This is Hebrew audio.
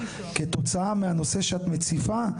כתוצאה מהנושא שאת מציבה,